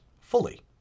fully